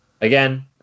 Again